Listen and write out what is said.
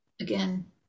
again